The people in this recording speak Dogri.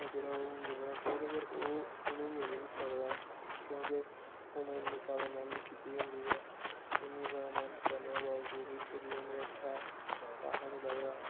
ओह् जेहड़ा ओह् मिलना चाहिदा पर ओह् उ'नें गी मिली निं सकदा ऐ क्योंकि उ'नें इ'न्नी जादा मैह्नत कीती दी होंदी ऐ इ'न्नी जादे मैह्नत करने दे बाबजूद बी फिर बी उ'नें अच्छा पैहा निं लभदा ऐ